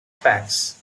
facts